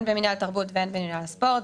הן במינהל התרבות והן במינהל הספורט.